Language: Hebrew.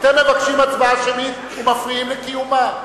אתם מבקשים הצבעה שמית ומפריעים לקיומה.